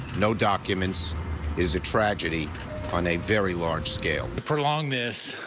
no documents is a tragedy on a very large scale but prolong this.